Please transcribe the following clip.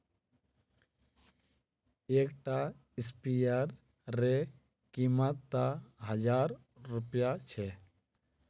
एक टा स्पीयर रे कीमत त हजार रुपया छे